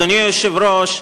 אדוני היושב-ראש,